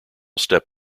step